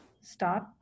start